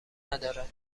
ندارد